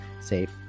Safe